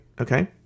Okay